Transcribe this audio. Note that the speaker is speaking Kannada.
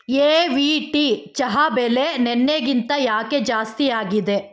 ಎ ವಿ ಟಿ ಚಹಾ ಬೆಲೆ ನೆನ್ನೆಗಿಂತ ಯಾಕೆ ಜಾಸ್ತಿಯಾಗಿದೆ